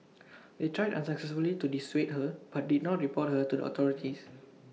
they tried unsuccessfully to dissuade her but did not report her to the authorities